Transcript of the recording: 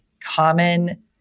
common